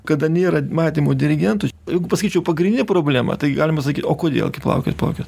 kada nėra matymo dirigentui jeigu pasakyčiau pagrindinė problema tai galima sakyt o kodėl gi palaukit palaukit